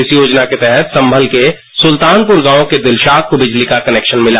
इस योजना के तहत संभल के सुलतानपुर गांव के दिलशाद को विजली का कनेक्शन मिला